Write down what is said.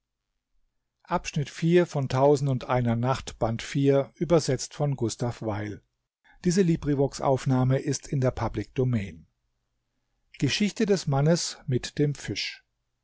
geschichte des mannes